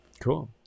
Cool